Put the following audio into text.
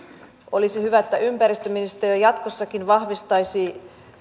olisi hyvä että ympäristöministeriö jatkossakin vahvistaisi